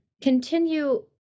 continue